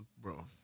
bro